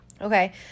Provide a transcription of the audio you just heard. okay